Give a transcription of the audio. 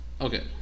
Okay